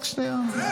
רק שנייה,